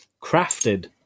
crafted